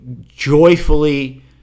joyfully